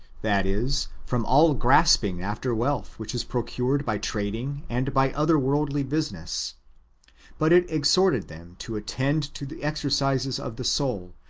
that is, from all grasping after wealth which is procured by trading and by other worldly business but it exhorted them to attend to the exercises of the soul,